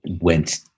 went